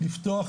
לפתוח